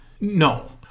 No